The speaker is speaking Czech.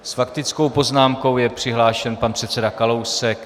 S faktickou poznámkou je přihlášen pan předseda Kalousek.